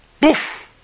poof